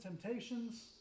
temptations